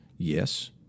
Yes